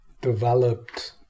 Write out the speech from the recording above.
developed